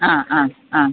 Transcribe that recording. ആ ആ ആ